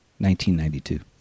1992